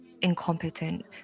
incompetent